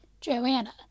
Joanna